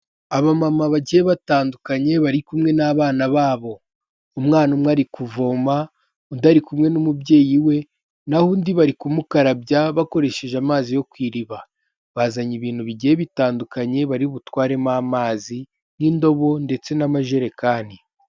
Aba mama bagiye batandukanye bari kumwe n'abana babo, umwana umwe ari kuvoma undi ari kumwe n'umubyeyi we na ho undi bari kumukarabya bakoresheje amazi yo ku iriba bazanye ibintu bigiye bitandukanye bari butwaremo amazi nk'indobo ndetse n'amajerekani.